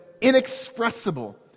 inexpressible